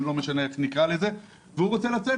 לא משנה איך נקרא לזה והוא רוצה לצאת,